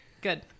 Good